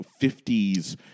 50s